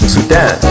Sudan